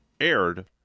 aired